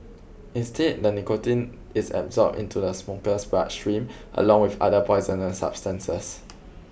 instead the nicotine is absorbed into the smoker's bloodstream along with other poisonous substances